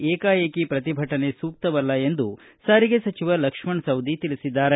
ಏಕಾಏಕಿ ಪ್ರತಿಭಟನೆ ಸೂಕ್ತವಲ್ಲ ಎಂದು ಸಾರಿಗೆ ಸಚಿವ ಲಕ್ಷಣ ಸವದಿ ತಿಳಿಸಿದ್ದಾರೆ